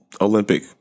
Olympic